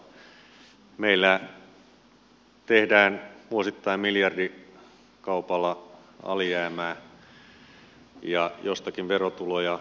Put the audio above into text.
meillä tehdään vuosittain miljardikaupalla alijäämää ja jostakin verotuloja on kerättävä